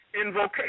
invocation